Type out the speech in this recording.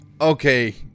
okay